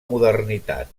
modernitat